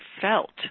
felt